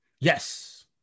Yes